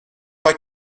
pas